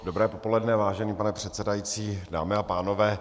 Dobré popoledne, vážený pane předsedající, dámy a pánové.